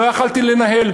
לא יכולתי לנהל.